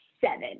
seven